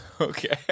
Okay